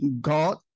God